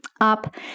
up